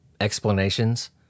explanations